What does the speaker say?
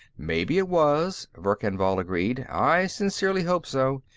maybe it was, verkan vall agreed. i sincerely hope so.